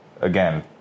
again